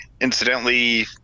incidentally